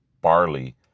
Barley